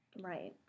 Right